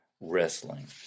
wrestling